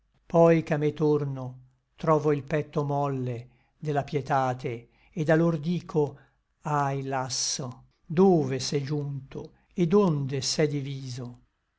viso poi ch'a me torno trovo il petto molle de la pietate et alor dico ahi lasso dove se giunto et onde se diviso